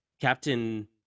Captain